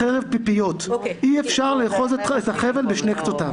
אי אפשר לאחוז את החבל בשני קצותיו.